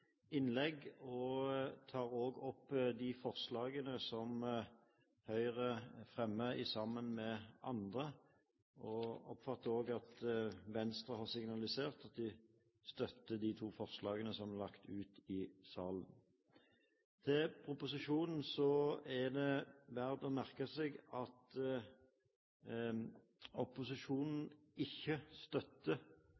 innlegg, og jeg tar også opp de forslagene som Høyre fremmer sammen med andre. Jeg oppfatter også at Venstre har signalisert at de støtter de to forslagene som er lagt ut i salen. Til proposisjonen: Det er verdt å merke seg at opposisjonen